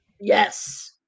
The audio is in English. yes